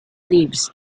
leaves